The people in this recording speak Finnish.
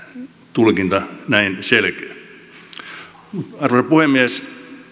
tulkinta on näin selkeä arvoisa puhemies